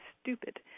stupid